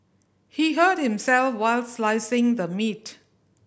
he hurt himself while slicing the meat